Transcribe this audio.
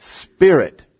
Spirit